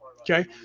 Okay